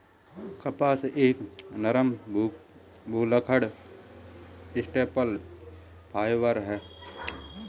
कपास एक नरम, भुलक्कड़ स्टेपल फाइबर है